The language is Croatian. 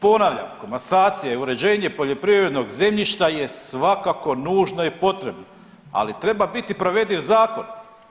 Ponavljam, komasacija i uređenje poljoprivrednog zemljišta je svakako nužno i potrebno, ali treba biti provediv zakon.